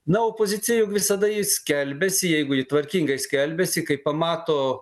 na opozicija juk visada ji skelbiasi jeigu ji tvarkingai skelbiasi kai pamato